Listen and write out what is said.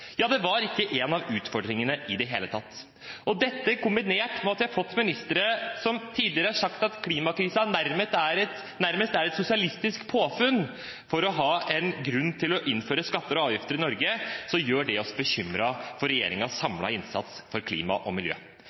det var ikke blant utfordringene i det hele tatt. Dette, kombinert med at vi har fått ministre som tidligere har sagt at klimakrisen nærmest er et sosialistisk påfunn for å ha en grunn til å innføre skatter og avgifter i Norge, gjør oss bekymret for regjeringens samlede innsats for klima og miljø.